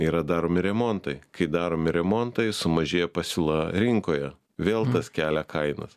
yra daromi remontai kai daromi remontai sumažėja pasiūla rinkoje vėl tas kelia kainas